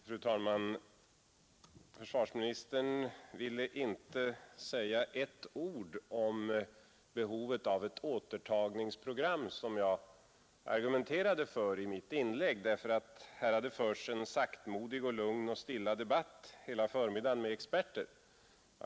Fru talman! Försvarsministern ville inte säga ett ord om behovet av ett nytt återtagningsprogram som jag argumenterade för i mitt inlägg eftersom här enligt hans uppfattning förts en saktmodig, lugn och stilla debatt med experter hela förmiddagen.